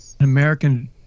American